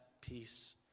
peace